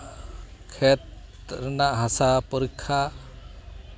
ᱠᱷᱮᱛ ᱨᱮᱱᱟᱜ ᱦᱟᱥᱟ ᱯᱚᱨᱤᱠᱠᱷᱟ